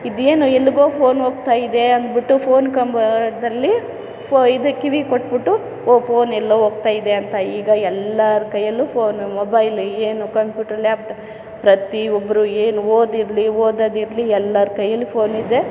ಇದೇನು ಎಲ್ಗೊ ಫೋನ್ ಹೋಗ್ತಾಯಿದೆ ಅಂದ್ಬಿಟ್ಟು ಫೋನ್ ಕಾಂಬದಲ್ಲಿ ಫೊ ಇದು ಕಿವಿ ಕೊಟ್ಬಿಟ್ಟು ಒ ಫೋನ್ ಎಲ್ಲೋ ಹೋಗ್ತಾಯಿದೆ ಅಂತ ಈಗ ಎಲ್ಲರ ಕೈಯ್ಯಲ್ಲು ಫೋನ್ ಮೊಬೈಲ್ ಏನು ಕಂಪ್ಯೂಟರ್ ಲ್ಯಾಪ್ಟಾಪ್ ಪ್ರತಿಯೊಬ್ರು ಏನು ಓದಿರಲಿ ಓದದಿರಲಿ ಎಲ್ಲರ ಕೈಯ್ಯಲ್ಲು ಫೋನಿದೆ